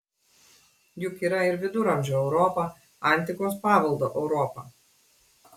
juk yra ir viduramžių europa antikos paveldo europa